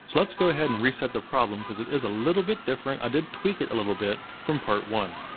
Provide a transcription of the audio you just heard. so let's go ahead and reset the problem cause it is a little bit different, i did tweak it a little bit from part one.